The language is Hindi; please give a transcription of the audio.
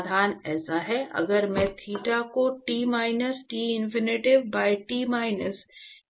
समाधान ऐसा है अगर मैं थीटा को T minus T infinity by T minus T infinity मान लूं